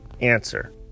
Answer